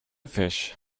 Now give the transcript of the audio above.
fish